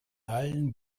allen